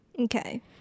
Okay